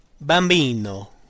bambino